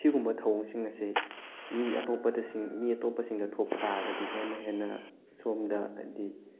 ꯁꯤꯒꯨꯝꯕ ꯊꯧꯑꯣꯡꯁꯤꯡ ꯑꯁꯦ ꯃꯤ ꯑꯇꯣꯞꯄꯗꯁꯤꯡ ꯃꯤ ꯑꯇꯣꯞꯄꯁꯤꯡꯗ ꯊꯣꯛꯄ ꯇꯥꯔꯒꯗꯤ ꯍꯦꯟꯅ ꯍꯦꯟꯅ ꯁꯣꯝꯗ ꯍꯥꯏꯗꯤ